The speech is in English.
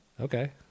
Okay